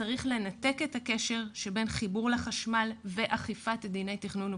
שצריך לנתק את הקשר שבין חיבור לחשמל ובין אכיפת דיני תכנון ובנייה,